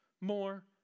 more